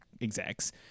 execs